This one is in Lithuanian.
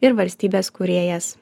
ir valstybės kūrėjas